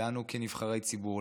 לנו כנבחרי ציבור,